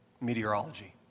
meteorology